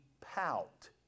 pout